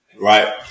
Right